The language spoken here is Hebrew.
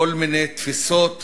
מיני תפיסות